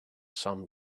some